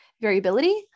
variability